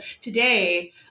today